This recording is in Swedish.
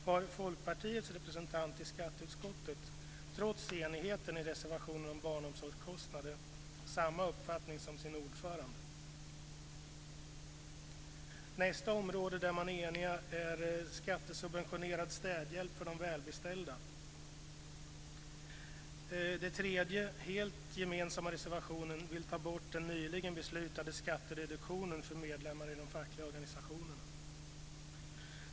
Har Folkpartiets representant i skatteutskottet, trots enigheten i reservationen om barnomsorgskostnader, samma uppfattning som sin ordförande? Nästa område där de är eniga är skattesubventionerad städhjälp för de välbeställda. I den tredje helt gemensamma reservationen vill de ta bort den nyligen beslutade skattereduktionen för medlemmar i de fackliga organisationerna.